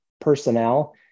personnel